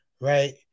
right